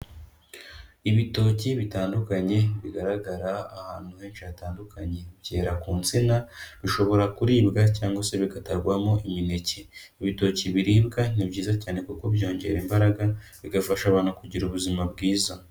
Ibitoki bitandukanye bigaragara ahantu henshi hatandukanye, byera ku nsina, bishobora kuribwa cyangwa se bigatarwamo imineke, ibitoki biribwa ni byiza cyane kuko byongera imbaraga, bigafasha abantu kugira ubuzima bwiza.